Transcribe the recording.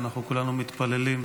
ואנחנו כולנו מתפללים,